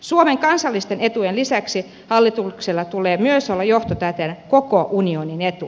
suomen kansallisten etujen lisäksi hallituksella tulee myös olla johtotähtenä koko unionin etu